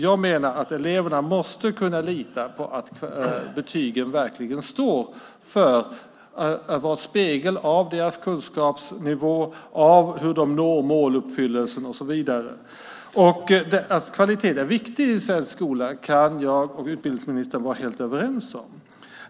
Jag menar att eleverna måste kunna lita på att betygen verkligen speglar deras kunskapsnivå, måluppfyllelsen och så vidare. Att kvaliteten är viktig i svensk skola kan jag och utbildningsministern vara helt överens om.